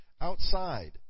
outside